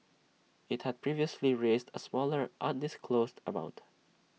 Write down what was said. IT had previously raised A smaller undisclosed amount